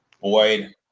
Boyd